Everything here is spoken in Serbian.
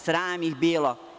Sram ih bilo.